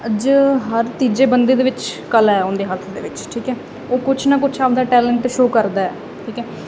ਅੱਜ ਹਰ ਤੀਜੇ ਬੰਦੇ ਦੇ ਵਿੱਚ ਕਲਾ ਐ ਉਹਦੇ ਹੱਥ ਦੇ ਵਿੱਚ ਠੀਕ ਐ ਉਹ ਕੁਝ ਨਾ ਕੁਝ ਆਪਦਾ ਟੈਲੈਂਟ ਸ਼ੋ ਕਰਦਾ ਠੀਕ ਐ